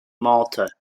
malta